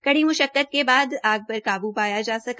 कड़ी म्शक्क्त के बाद आग पर काबू पाया जा सका